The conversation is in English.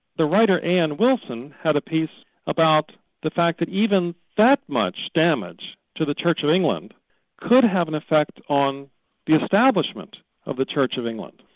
the writer, ann wilson, had a piece about the fact that even that much damage to the church of england could have an effect on the establishment of the church of england,